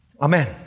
Amen